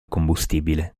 combustibile